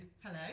Hello